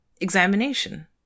examination